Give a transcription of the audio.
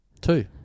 Two